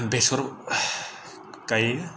बेसर गायो